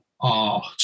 art